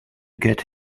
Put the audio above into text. get